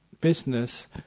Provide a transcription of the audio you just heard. business